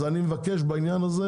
אז אני מבקש בעניין הזה